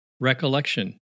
Recollection